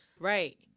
Right